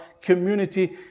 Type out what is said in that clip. community